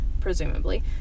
presumably